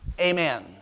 Amen